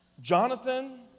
Jonathan